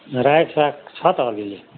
रायो साग छ त अलि अलि